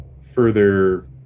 further